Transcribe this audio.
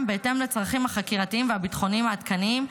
בהתאם לצרכים החקירתיים והביטחוניים העדכניים.